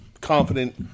confident